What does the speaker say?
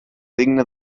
digna